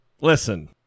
listen